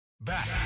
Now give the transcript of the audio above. Back